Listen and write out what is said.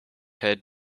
head